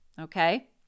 okay